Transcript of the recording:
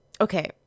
okay